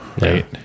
right